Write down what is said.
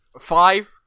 Five